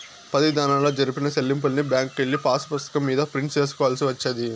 పది దినాల్లో జరిపిన సెల్లింపుల్ని బ్యాంకుకెళ్ళి పాసుపుస్తకం మీద ప్రింట్ సేసుకోవాల్సి వచ్చేది